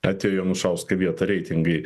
atėjo į anušausko vietą reitingai